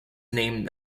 named